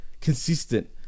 consistent